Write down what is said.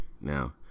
Now